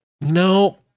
no